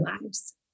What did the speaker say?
lives